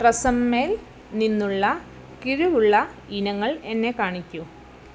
TRESemmé ൽ നിന്നുള്ള കിഴിവുള്ള ഇനങ്ങൾ എന്നെ കാണിക്കൂ